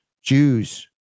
Jews